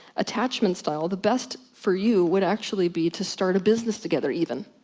attachment style, the best for you would actually be to start a business together even.